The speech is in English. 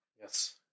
Yes